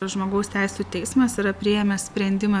žmogaus teisių teismas yra priėmęs sprendimą